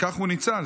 וכך הוא ניצל.